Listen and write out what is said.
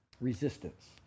Resistance